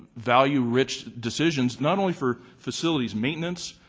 value rich decisions not only for facilities maintenance,